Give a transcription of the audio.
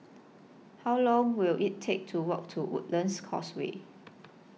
How Long Will IT Take to Walk to Woodlands Causeway